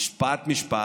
משפט-משפט,